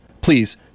Please